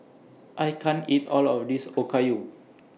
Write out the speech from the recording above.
I can't eat All of This Okayu